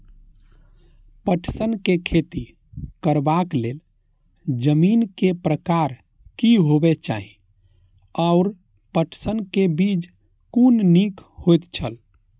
पटसन के खेती करबाक लेल जमीन के प्रकार की होबेय चाही आओर पटसन के बीज कुन निक होऐत छल?